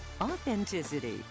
Authenticity